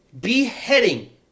beheading